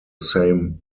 same